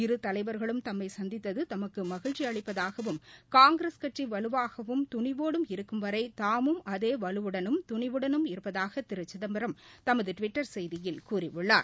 இரு தலைவா்களும் தம்மை சந்தித்தது தமக்கு மகிழ்ச்சி அளிப்பதாகவும் காங்கிரஸ் கட்சி வலுவாகவும் துணிவோடும் இருக்கும் வரை தாமும் அதே வலுவுடனும் துணிவுடனும் இருப்பதாக திரு சிதம்பரம் தமது டுவிட்டர் செய்தியில் கூறியுள்ளார்